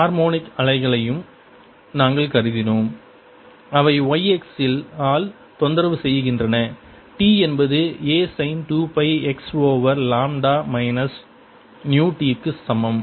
harmonic அலைகளையும் நாங்கள் கருதினோம் அவை y x ஆல் தொந்தரவு செய்கின்றன t என்பது A sine 2 pi x over lambda minus nu t க்கு சமம்